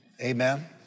Amen